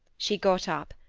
she got up,